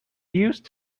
used